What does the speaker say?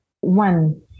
one